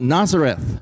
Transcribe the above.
Nazareth